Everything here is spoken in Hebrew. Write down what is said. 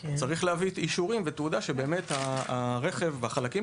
צריך להביא אישורים ותעודה שהרכב והחלקים